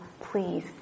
please